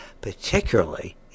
particularly